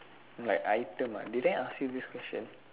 like item ah did I ask you this question